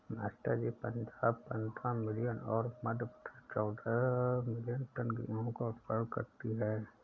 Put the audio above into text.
master ji Punjab पंद्रह million और मध्य प्रदेश चौदह मिलीयन टन गेहूं का उत्पादन करती है